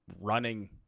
running